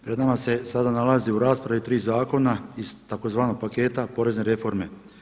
Pred nama se sada nalaze u raspravi 3 zakona iz tzv. paketa porezne reforme.